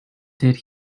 did